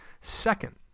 second